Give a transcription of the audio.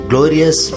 Glorious